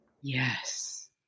Yes